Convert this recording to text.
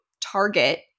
target